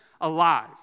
alive